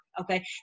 Okay